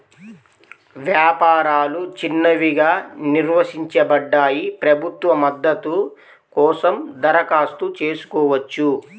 వ్యాపారాలు చిన్నవిగా నిర్వచించబడ్డాయి, ప్రభుత్వ మద్దతు కోసం దరఖాస్తు చేసుకోవచ్చు